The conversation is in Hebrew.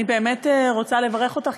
אני באמת רוצה לברך אותך,